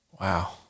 Wow